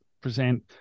present